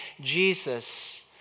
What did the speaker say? Jesus